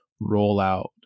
rollout